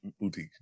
boutique